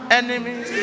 enemies